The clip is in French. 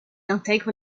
intègre